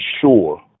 sure